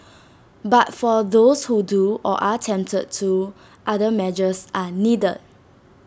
but for those who do or are tempted to other measures are needed